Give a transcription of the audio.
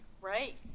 Right